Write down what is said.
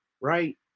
right